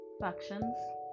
factions